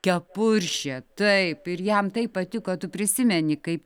kepuršė taip ir jam taip patiko tu prisimeni kaip